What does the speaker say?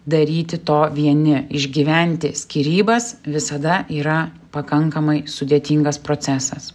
daryti to vieni išgyventi skyrybas visada yra pakankamai sudėtingas procesas